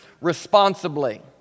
responsibly